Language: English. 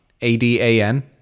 A-D-A-N